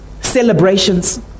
celebrations